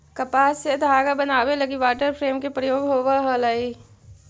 कपास से धागा बनावे लगी वाटर फ्रेम के प्रयोग होवऽ हलई